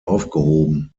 aufgehoben